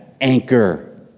anchor